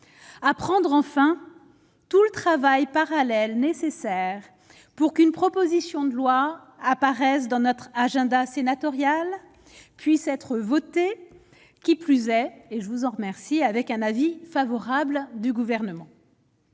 apprendre enfin tout le travail parallèle nécessaires pour qu'une proposition de loi apparaissent dans notre agenda sénatoriales puisse être votée, qui plus est, et je vous en remercie avec un avis favorable du gouvernement.